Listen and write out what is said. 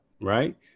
Right